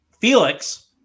Felix